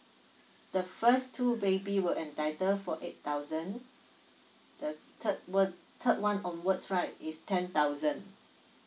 the first two baby will entitle for eight thousand the third w~ third one onwards right is ten thousand